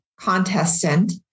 contestant